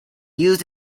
used